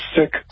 sick